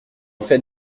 fait